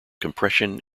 compression